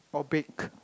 or bake